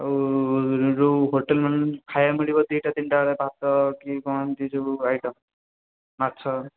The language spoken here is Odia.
ଆଉ ଯେଉଁ ହୋଟେଲ୍ମାନଙ୍କରେ ଖାଇବା ମିଳିବ ଦୁଇଟା ତିନିଟା ବେଳେ ଭାତ କି କ'ଣ ଏମିତି ସବୁ ଆଇଟମ୍ ମାଛ